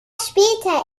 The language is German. später